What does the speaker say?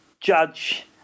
judge